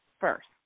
first